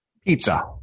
Pizza